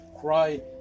cry